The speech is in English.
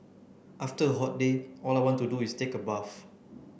after a hot day all I want to do is take a bath